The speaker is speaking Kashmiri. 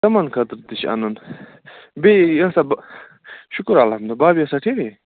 تِمن خٲطرٕ تہِ چھُ اَنُن بیٚیہِ یہِ ہسا بہٕ شُکُر الحمدُاللہ بابی ٲسا ٹھیٖکٕے